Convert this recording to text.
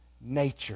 nature